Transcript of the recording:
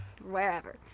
wherever